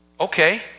Okay